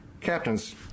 captains